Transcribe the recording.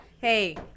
hey